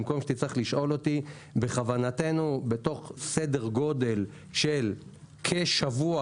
במקום שתצטרך לשאול אותי: בכוונתנו בתוך סדר גודל של כשבוע